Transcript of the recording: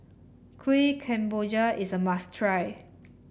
Kuih Kemboja is a must try